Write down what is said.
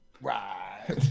Right